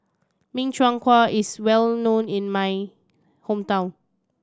Min Chiang Kueh is well known in my hometown